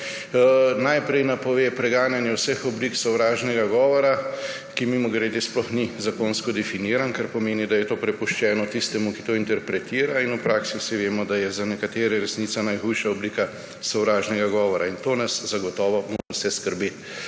najprej napove preganjanje vseh oblik sovražnega govora, ki mimogrede sploh ni zakonsko definiran, kar pomeni, da je to prepuščeno tistemu, ki to interpretira, in v praksi vsi vemo, da je za nekatere resnica najhujša oblika sovražnega govora, in to nas zagotovo mora vse skrbeti.